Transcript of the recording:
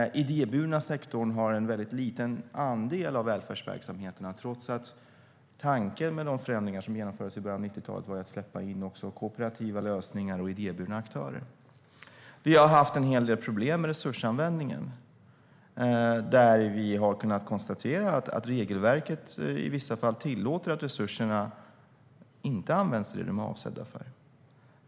Den idéburna sektorn har en väldigt liten andel av välfärdsverksamheterna, trots att tanken med de förändringar som genomfördes i början av 90-talet var att släppa in också kooperativa lösningar och idéburna aktörer. Vi har haft en hel del problem med resursanvändningen och har kunnat konstatera att regelverket i vissa fall tillåter att resurserna inte används till det som de är avsedda för.